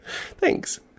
Thanks